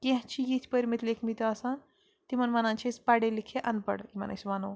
کیٚنٛہہ چھِ یِتھ پٔرۍمٕتۍ لیٚکھمٕتۍ آسان تِمَن وَنان چھِ أسۍ پَڑھے لِکھے اَن پَڑھ یِمَن أسۍ وَنو